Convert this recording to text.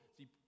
See